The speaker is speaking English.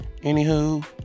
Anywho